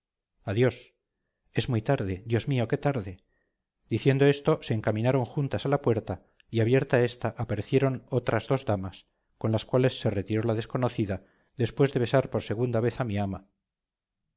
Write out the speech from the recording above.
adiós es muy tarde dios mío qué tarde diciendo esto se encaminaron juntas a la puerta y abierta ésta aparecieron otras dos damas con las cuales se retiró la desconocida después de besar por segunda vez a mi ama